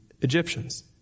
Egyptians